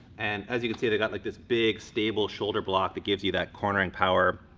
and as you can see, they got like this big stable shoulder block that gives you that cornering power.